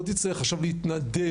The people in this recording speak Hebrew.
לא תצטרך עכשיו להתנדב,